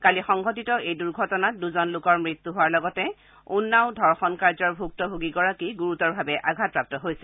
কালি সংঘটিত এই দুৰ্ঘটনাত দুজন লোকৰ মৃত্যু হোৱাৰ লগতে উন্নাও ধৰ্ষণ কাৰ্যৰ ভূক্তভোগীগৰাকী গুৰুতৰভাৱে আঘাতপ্ৰাপ্ত হৈছিল